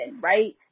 right